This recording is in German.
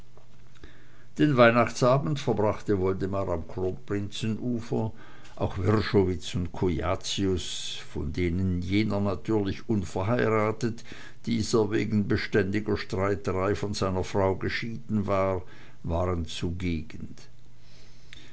den weihnachtsabend verbrachte woldemar am kronprinzenufer auch wrschowitz und cujacius von denen jener natürlich unverheiratet dieser wegen beständiger streiterei von seiner frau geschieden war waren zugegen